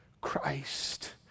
Christ